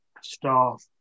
staff